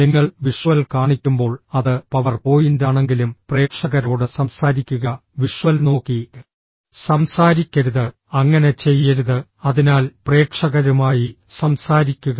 നിങ്ങൾ വിഷ്വൽ കാണിക്കുമ്പോൾ അത് പവർ പോയിന്റാണെങ്കിലും പ്രേക്ഷകരോട് സംസാരിക്കുക വിഷ്വൽ നോക്കി സംസാരിക്കരുത് അങ്ങനെ ചെയ്യരുത് അതിനാൽ പ്രേക്ഷകരുമായി സംസാരിക്കുക